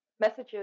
messages